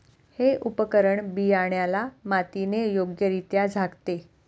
हे उपकरण बियाण्याला मातीने योग्यरित्या झाकते